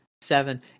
seven